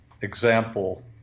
example